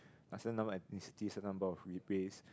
a certain number of ethnicities certain number of replace